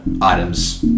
items